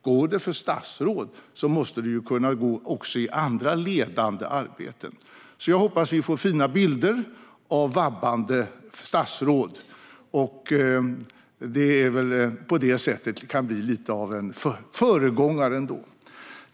Om det går för statsråd måste det ju kunna gå också i andra ledande arbeten." Jag hoppas att vi får fina bilder av vabbande statsråd; det är på detta sätt som det kan bli lite av en föregångare!